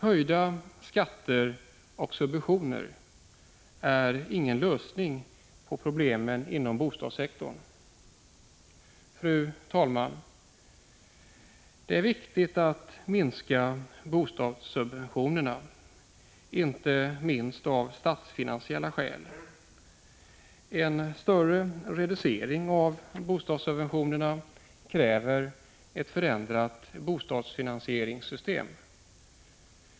Höjda skatter och subventioner är ingen lösning på problemen inom bostadssektorn. Fru talman! Det är viktigt att minska bostadssubventionerna, inte minstav Prot. 1985/86:119 statsfinansiella skäl. En större reducering av bostadssubventionerna kräver 17 april 1986 ett förändrat bostadsfinansieringssystem.